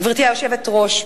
גברתי היושבת-ראש,